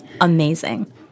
amazing